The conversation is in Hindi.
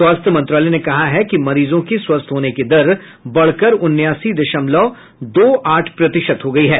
स्वास्थ्य मंत्रालय ने कहा है कि मरीजों की स्वस्थ होने की दर बढ़कर उन्यासी दशमलव दो आठ प्रतिशत हो गई है